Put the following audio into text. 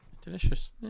delicious